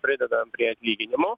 pridedam prie atlyginimo